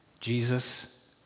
Jesus